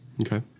Okay